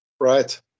Right